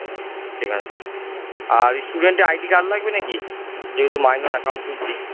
ঠিক আছে আর ওই স্টুডেন্টের আই ডি কার্ড লাগবে নাকি যেহেতু মাইনর অ্যাকাউন্ট খুলছি